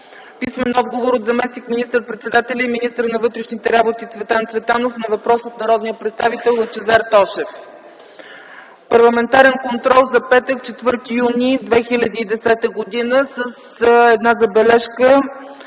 писмен отговор от заместник министър-председателя и министър на вътрешните работи Цветан Цветанов на въпрос от народния представител Лъчезар Тошев. Парламентарен контрол за петък, 4 юни 2010 г., с една забележка